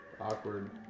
Awkward